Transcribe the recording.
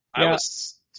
Yes